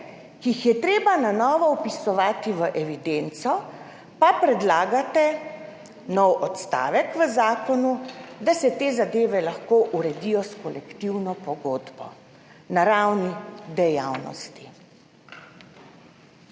ki jih je treba na novo vpisovati v evidenco, pa predlagate nov odstavek v zakonu, da se te zadeve lahko uredijo s kolektivno pogodbo na ravni dejavnosti.